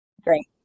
Great